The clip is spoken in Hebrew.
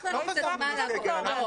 לא חזרנו מסגר,